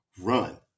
run